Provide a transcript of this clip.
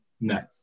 No